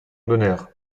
d’honneur